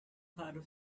her